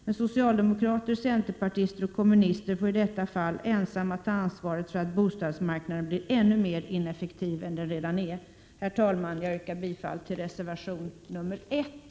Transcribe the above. Men socialdemokrater, centerpartister och kommunister får i detta fall ensamma ta ansvaret för att bostadsmarknaden blir ännu mer ineffektiv än den redan är. "Herr talman! Jag yrkar bifall till reservation 1.